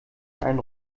einen